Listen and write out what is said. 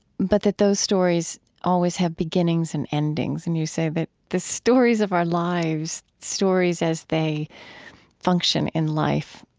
but that those stories always have beginnings and endings. and you say that the stories of our lives, stories as they function in life,